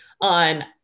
on